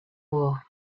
war